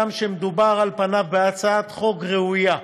הגם שמדובר על פניו בהצעת חוק ראויה,